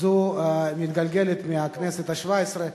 זו מתגלגלת מהכנסת השבע-עשרה.